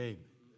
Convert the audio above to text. Amen